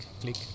click